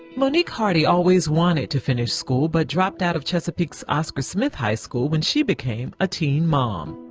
monique hardy always wanted to finish school, but dropped out of chesapeake's oscar smith high school when she became a teen mom.